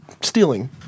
stealing